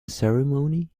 ceremony